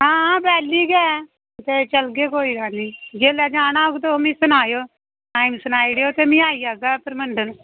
आं बेह्ली गै ते चलगै कोई गल्ल निं जेल्लै जाना होग ते मिगी सनायो जेकर जाना होग ते में आई जाह्गा परमंडल